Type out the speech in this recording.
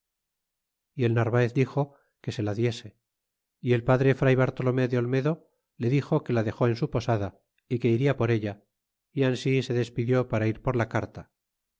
y el narvaez dixo que se la diese y el padre fray bartolomé de olmedo iria por le dixo que la dexó en su posada é que se despidió para ir por la carta